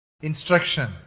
instruction